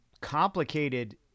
complicated